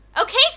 Okay